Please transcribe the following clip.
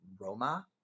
Roma